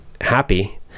happy